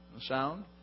sound